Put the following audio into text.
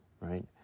right